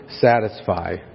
satisfy